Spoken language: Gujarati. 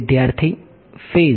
વિદ્યાર્થી ફેઝ